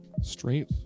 Straight